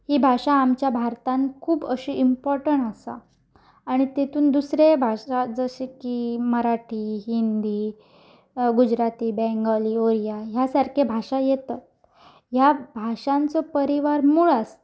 ही भाशा आमच्या भारतान खूब अशी इम्पोटं आसा आनी तितून दुसरे भाशा जशे की मराठी हिंदी गुजराती बंगाली ओरिया ह्या सारकी भाशा येतात ह्या भाशांचो परिवार मूळ आसता